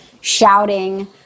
shouting